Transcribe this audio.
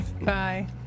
Bye